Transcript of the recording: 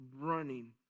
running